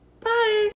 bye